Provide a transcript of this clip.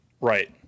right